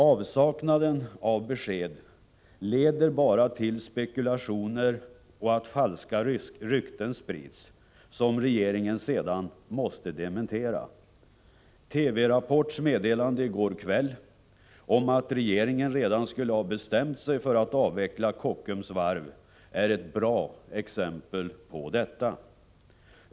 Avsaknaden av besked leder bara till spekulationer och att falska rykten sprids, som regeringen sedan måste dementera. TV-Rapports meddelande i går kväll om att regeringen redan skulle ha bestämt sig för att avveckla Kockums varv är ett bra exempel på detta.